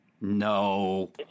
No